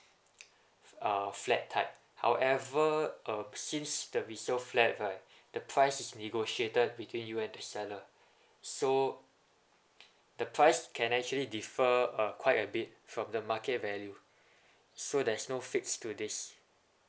uh flat type however uh since the resale flat right the price is negotiated between you and the seller so the price can actually differ uh quite a bit from the market value so there's no fixed values